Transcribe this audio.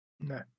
No